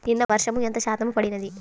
నిన్న వర్షము ఎంత శాతము పడినది?